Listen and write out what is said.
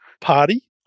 party